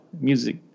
Music